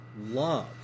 love